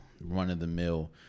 run-of-the-mill